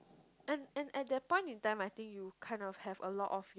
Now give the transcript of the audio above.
and and at that point in time I think you kind of have a lot of